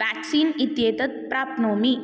vaccine इत्येतत् प्राप्नोमि